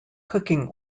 cooking